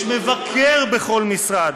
יש מבקר בכל משרד,